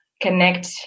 connect